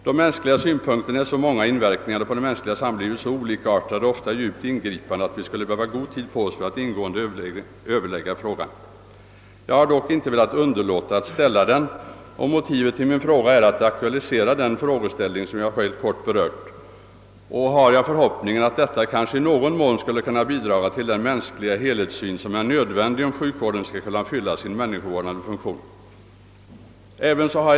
De mänskliga synpunkterna är så många och verkningarna på det mänskliga samlivet så olikartade och ofta djupt ingripande att vi skulle behöva ha god tid på oss för en ingående överläggning i frågan. Jag har dock inte velat underlåta att ställa den för att därmed aktualisera den frågeställningen som jag här helt kort har berört. Jag hoppas att detta i någon mån kan bidraga till den mänskliga helhetssyn som är nödvändig, om sjukvården skall kunna fylla sin människovårdande funktion.